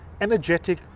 energetic